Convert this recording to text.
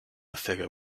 figure